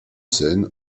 scènes